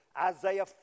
Isaiah